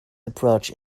approach